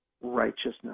righteousness